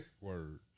Word